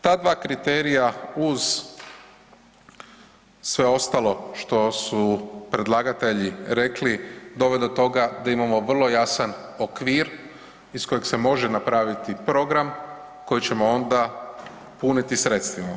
Ta dva kriterija uz sve ostalo što su predlagatelji rekli, dovodi do toga da imamo vrlo jasan okvir iz kojeg se može napraviti program kojeg ćemo onda puniti sredstvima.